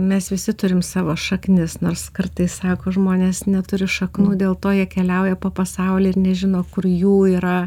mes visi turim savo šaknis nors kartais sako žmonės neturi šaknų dėl to jie keliauja po pasaulį ir nežino kur jų yra